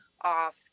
off